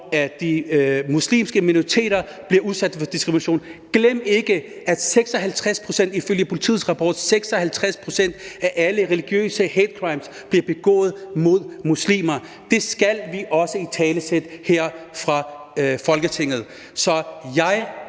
når de muslimske minoriteter bliver udsat for diskrimination. Glem ikke, at 56 pct. ifølge politiets rapport af alle religiøse hate crimes bliver begået mod muslimer. Det skal vi også italesætte her fra Folketinget.